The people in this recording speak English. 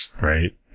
Right